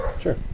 Sure